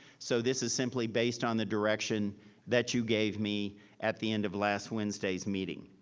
so this is simply based on the direction that you gave me at the end of last wednesday's meeting.